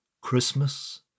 Christmas